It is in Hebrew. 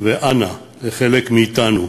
ואנא, לחלק מאתנו,